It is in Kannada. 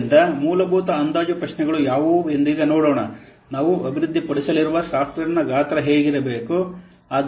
ಆದ್ದರಿಂದ ಮೂಲಭೂತ ಅಂದಾಜು ಪ್ರಶ್ನೆಗಳು ಯಾವುವು ಎಂದು ಈಗ ನೋಡೋಣ ನಾವು ಅಭಿವೃದ್ಧಿಪಡಿಸಲಿರುವ ಸಾಫ್ಟ್ವೇರ್ನ ಗಾತ್ರ ಹೇಗಿರಬೇಕು